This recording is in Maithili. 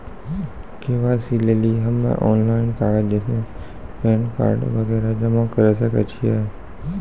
के.वाई.सी लेली हम्मय ऑनलाइन कागज जैसे पैन कार्ड वगैरह जमा करें सके छियै?